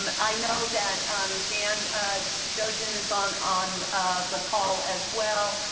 um i know that dan dodgen is on on the call as well.